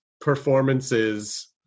performances